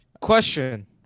Question